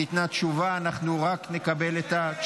מתן סמכות פיקוח לרשות לאיסור הלבנת הון